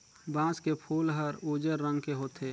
बांस के फूल हर उजर रंग के होथे